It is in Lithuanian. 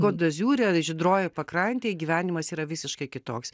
kod de ziure žydrojoj pakrantėj gyvenimas yra visiškai kitoks